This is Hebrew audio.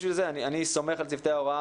אני סומך על צוותי ההוראה,